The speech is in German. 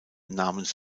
namens